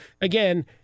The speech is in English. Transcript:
again